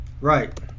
Right